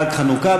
חג חנוכה,